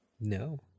No